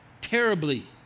terribly